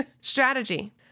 strategy